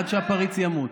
עד שהפריץ ימות.